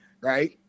right